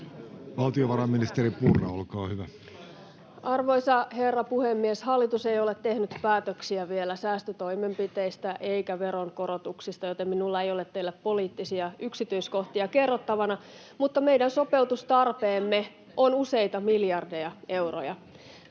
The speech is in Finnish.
Kalmari kesk) Time: 16:46 Content: Arvoisa herra puhemies! Hallitus ei ole tehnyt päätöksiä vielä säästötoimenpiteistä eikä veronkorotuksista, joten minulla ei ole teille poliittisia yksityiskohtia kerrottavana, [Oikealta: Oppositio unohti sen jo!] mutta meidän sopeutustarpeemme on useita miljardeja euroja.